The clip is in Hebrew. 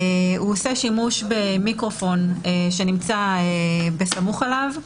הוא עושה שימוש במיקרופון שנמצא בסמוך אליו.